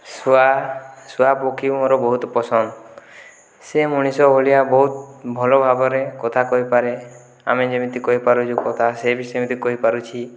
ଶୁଆ ଶୁଆପକ୍ଷୀ ମୋର ବହୁତ ପସନ୍ଦ ସେ ମଣିଷ ଭଳିଆ ବହୁତ ଭଲଭାବରେ କଥା କହିପାରେ ଆମେ ଯେମିତି କହିପାରୁଛୁ କଥା ସେ ବି ସେମିତି କହିପାରୁଛି